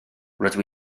rydw